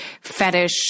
fetish